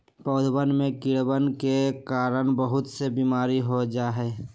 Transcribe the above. पौधवन में कीड़वन के कारण बहुत से बीमारी हो जाहई